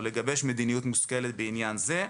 ולגבש מדיניות מושכלת בעניין זה,